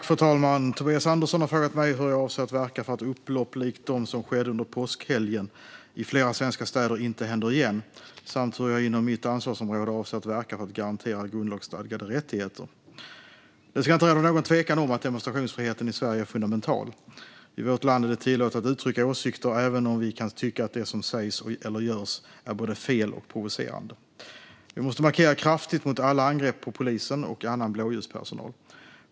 Fru talman! Tobias Andersson har frågat mig hur jag avser att verka för att upplopp som de som skedde under påskhelgen i flera svenska städer inte händer igen samt hur jag inom mitt ansvarsområde avser att verka för att garantera grundlagsstadgade rättigheter. Det ska inte råda någon tvekan om att demonstrationsfriheten i Sverige är fundamental. I vårt land är det tillåtet att uttrycka åsikter även om vi kan tycka att det som sägs eller görs är både fel och provocerande. Vi måste markera kraftigt mot alla angrepp på polisen och annan blåljuspersonal.